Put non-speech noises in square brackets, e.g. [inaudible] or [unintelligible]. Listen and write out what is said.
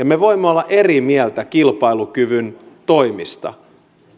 [unintelligible] me voimme olla eri mieltä kilpailukyvyn toimista